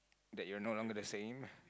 that you are no longer the same